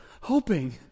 hoping